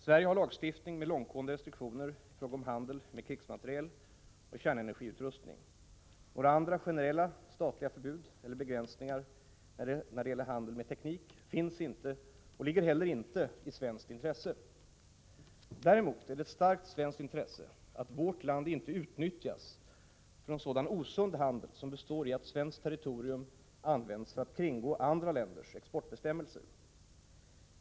Sverige har lagstiftning med långtgående restriktioner i fråga om handel med krigsmateriel och kärnenergiutrustning. Några andra generella statliga förbud eller begränsningar när det gäller handel med teknik finns inte och ligger inte heller i svenskt intresse. Däremot är det av ett starkt svenskt intresse att vårt land inte utnyttjas för en sådan osund handel som består i att svenskt territorium används för att kringgå andra länders exportbestämmelser.